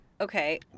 Okay